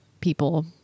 people